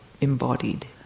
embodied